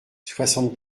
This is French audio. soixante